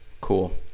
cool